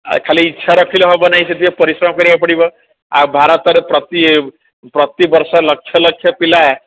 ଖାଲି ଇଚ୍ଛା ରଖିଲେ ହେବନେଇ ସେତିକି ପରିଶ୍ରମ କରିବାକୁ ପଡ଼ିବ ଆଉ ଭାରତରେ ପ୍ରତି ପ୍ରତି ବର୍ଷ ଲକ୍ଷ ଲକ୍ଷ ପିଲା